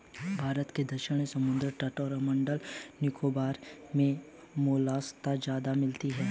भारत में दक्षिणी समुद्री तट और अंडमान निकोबार मे मोलस्का ज्यादा मिलती है